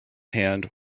hand